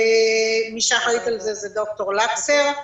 מי שאחראית על זה זה ד"ר לקסר.